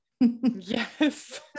Yes